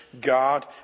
God